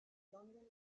london